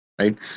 right